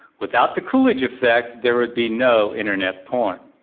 without the coolidge effect there would be no internet porn.